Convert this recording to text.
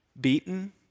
beaten